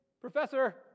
professor